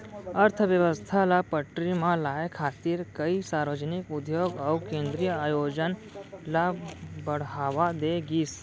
अर्थबेवस्था ल पटरी म लाए खातिर कइ सार्वजनिक उद्योग अउ केंद्रीय आयोजन ल बड़हावा दे गिस